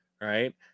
right